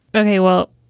okay, well,